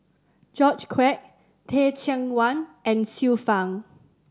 George Quek Teh Cheang Wan and Xiu Fang